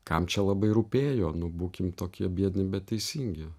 kam čia labai rūpėjo nu būkim tokie biedni bet teisingi